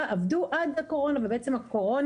לפני קצת פחות מעשור אני וחבריי התחלנו מאבק למען